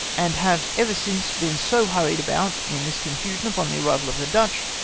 and have ever since been so hurried about in this confusion upon the arrival of the dutch,